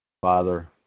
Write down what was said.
Father